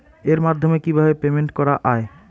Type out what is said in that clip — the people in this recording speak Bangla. এর মাধ্যমে কিভাবে পেমেন্ট করা য়ায়?